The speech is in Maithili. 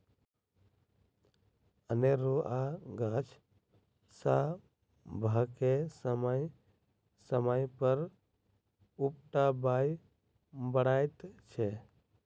अनेरूआ गाछ सभके समय समय पर उपटाबय पड़ैत छै